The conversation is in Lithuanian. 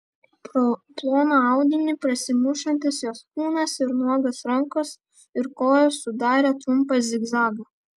pro ploną audinį prasimušantis jos kūnas ir nuogos rankos ir kojos sudarė trumpą zigzagą